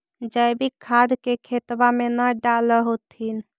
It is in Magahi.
जैवीक खाद के खेतबा मे न डाल होथिं?